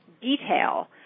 detail